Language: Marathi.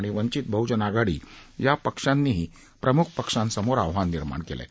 आणि वंचित बहूजन आघाडी या पक्षांनीही प्रमुख पक्षांसमोर आव्हान निर्माण केलंय